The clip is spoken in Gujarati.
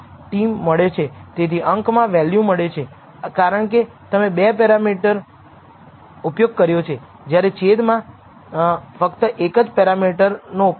તેથી તેથી તમે આ મૂલ્યોથી નિષ્કર્ષ કાઢી શકો છો કે β̂₀ મહત્વનું નથી જેનો અર્થ થાય છે β̂₀ 0 એ વાજબી પૂર્વધારણા છે β̂1 એ 0 એ વાજબી પૂર્વધારણા નથી